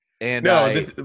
No